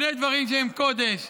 שני דברים שהם קודש: